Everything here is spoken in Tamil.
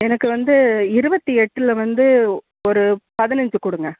எனக்கு வந்து இருபத்தி எட்டில் வந்து ஒரு பதினஞ்சு கொடுங்க